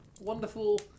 wonderful